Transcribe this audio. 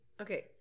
Okay